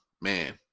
Man